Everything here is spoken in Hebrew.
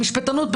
המשפטנות,